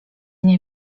nie